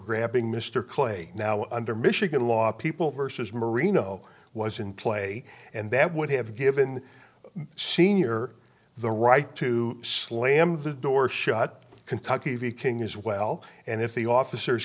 grabbing mr clay now under michigan law people versus marino was in play and that would have given the senior the right to slam the door shut kentucky king as well and if the officers